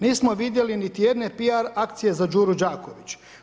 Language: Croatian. Nismo je vidjeli niti jedne PR akcije za Đuru Đakovića.